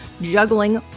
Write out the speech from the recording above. juggling